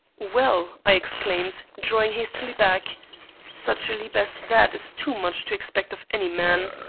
well, i exclaimed, drawing hastily back such a leap as that is too much to expect of any man!